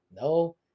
No